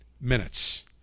minutes